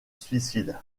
suicide